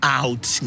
out